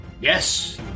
Yes